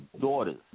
Daughters